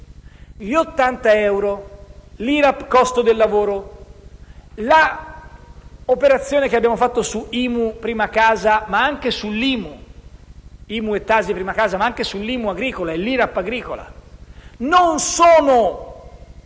Gli ottanta euro, l'IRAP sul costo del lavoro, l'operazione che abbiamo fatto sull'IMU e TASI sulla prima casa, ma anche sull'IMU agricola e l'IRAP agricola, non sono